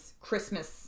Christmas